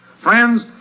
friends